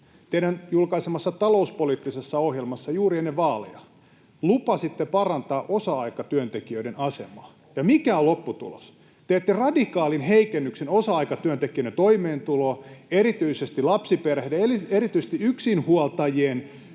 Julkaisemassanne talouspoliittisessa ohjelmassa juuri ennen vaaleja lupasitte parantaa osa-aikatyöntekijöiden asemaa, ja mikä on lopputulos? Teette radikaalin heikennyksen osa-aikatyöntekijöiden toimeentuloon, erityisesti lapsiperheiden, erityisesti yksinhuoltajien,